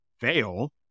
fail